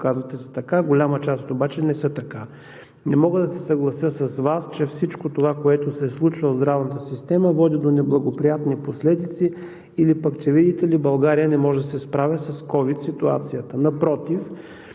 казвате са така, голяма част обаче не са така. Не мога да се съглася с Вас, че всичко, което се случва в здравната система, води до неблагоприятни последици или пък че, видите ли, България не може да се справя с ковид ситуацията. Напротив,